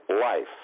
life